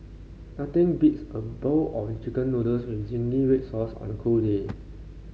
nothing beats a bowl of chicken noodles with zingy red sauce on a cold day